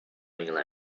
language